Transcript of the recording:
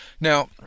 Now